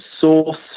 Source